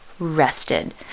rested